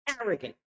arrogant